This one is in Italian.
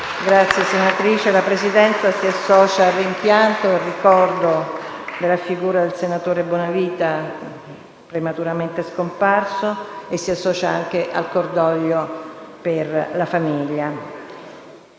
PRESIDENTE. La Presidenza si associa al rimpianto e al ricordo della figura del senatore Bonavita prematuramente scomparso e si associa anche al cordoglio per la famiglia.